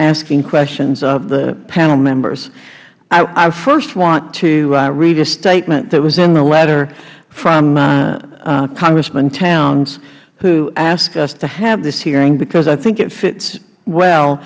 asking questions of the panel members i first want to read a statement that was in the letter from congressman towns who asked us to have this hearing because i think it fits well